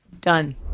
done